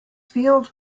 field